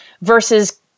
versus